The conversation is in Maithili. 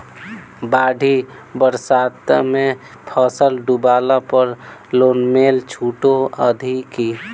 बाढ़ि बरसातमे फसल डुबला पर लोनमे छुटो अछि की